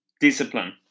discipline